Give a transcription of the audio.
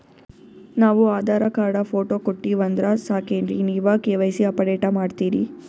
ನಾವು Aadhaar card, photo ಕೊಟ್ಟೀವಂದ್ರ ಸಾಕೇನ್ರಿ ನೀವ ಕೆ.ವೈ.ಸಿ ಅಪಡೇಟ ಮಾಡ್ತೀರಿ?